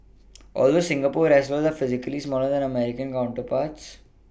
although Singapore wrestlers are physically smaller than their American counterparts